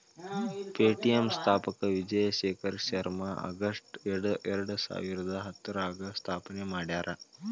Paytm ಸ್ಥಾಪಕ Vijay Shekhar Sharma August ಎರಡಸಾವಿರದ ಹತ್ತರಾಗ ಸ್ಥಾಪನೆ ಮಾಡ್ಯಾರ